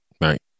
Right